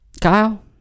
Kyle